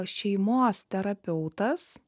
šeimos terapeutas